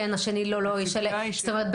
השני כן זאת אומרת,